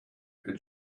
and